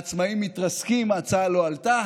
העצמאים מתרסקים, ההצעה לא עלתה.